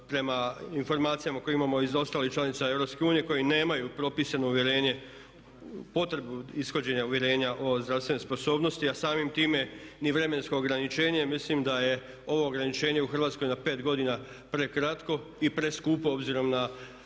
prema informacijama koje imamo iz ostalih članica EU koji nemaju propisano uvjerenje, potrebu ishođenja uvjerenja o zdravstvenoj sposobnosti a samim time ni vremensko ograničenje mislim da je ovo ograničenje u Hrvatskoj na 5 godina prekratko i preskupo obzirom na